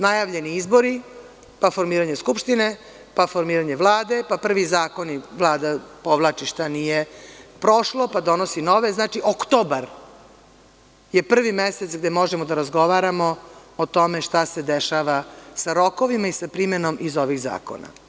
Najavljeni izbori, pa formiranje Skupštine, pa formiranje Vlade, pa prvi zakoni, Vlada povlači šta nije prošlo, pa donosi nove, znači, oktobar je prvi mesec gde možemo da razgovaramo o tome šta se dešava sa rokovima i sa primenom iz ovih zakona.